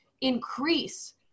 increase